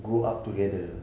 grew up together